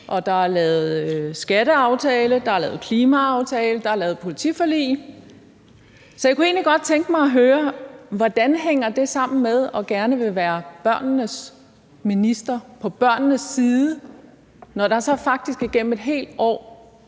der er lavet klimaaftale, der er lavet politiforlig. Så jeg kunne egentlig godt tænke mig at høre: Hvordan hænger det sammen med, at man gerne vil være børnenes minister, være på børnenes side, når der så faktisk igennem et helt år